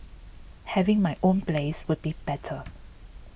having my own place would be better